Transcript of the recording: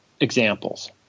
examples